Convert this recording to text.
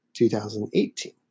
2018